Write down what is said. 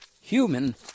human